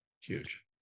huge